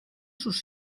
sus